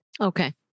Okay